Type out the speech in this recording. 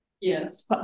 Yes